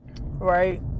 right